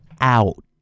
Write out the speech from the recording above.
out